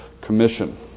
Commission